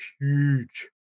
huge